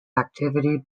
activity